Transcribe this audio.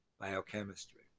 biochemistry